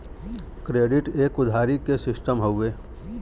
credit एक उधारी के सिस्टम हउवे